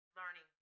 learning